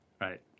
right